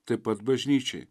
taip pat bažnyčiai